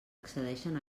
accedeixen